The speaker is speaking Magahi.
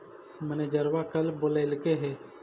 मैनेजरवा कल बोलैलके है?